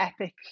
epic